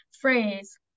phrase